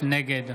נגד